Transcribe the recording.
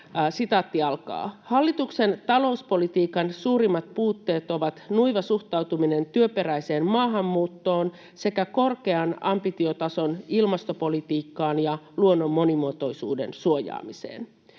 on varsin osuva: ”Hallituksen talouspolitiikan suurimmat puutteet ovat nuiva suhtautuminen työperäiseen maahanmuuttoon sekä korkean ambitiotason ilmastopolitiikkaan ja luonnon monimuotoisuuden suojaamiseen.